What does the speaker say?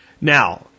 Now